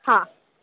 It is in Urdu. ہاں